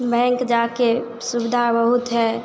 bank जा कर सुविधा बहुत है